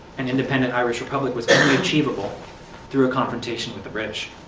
and independent irish republic was only achievable through a confrontation with the british.